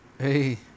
Hey